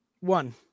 One